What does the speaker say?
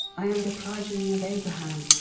i am the progeny of abraham.